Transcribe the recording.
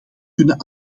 kunnen